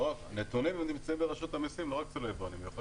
הנתונים נמצאים ברשות המיסים, לא רק אצל היבואנים.